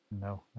No